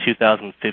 2015